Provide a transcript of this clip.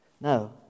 No